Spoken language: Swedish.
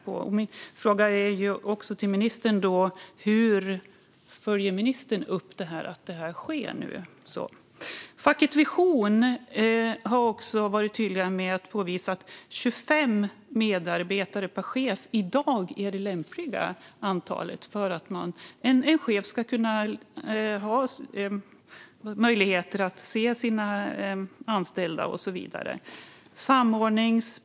Min fråga till ministern är: Hur följer ministern upp att detta sker? Facket Vision har varit tydliga med att påvisa att 25 medarbetare per chef i dag är det lämpliga antalet för att en chef ska ha möjlighet att se sina anställda och så vidare.